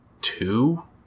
two